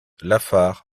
lafare